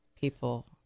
people